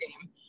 game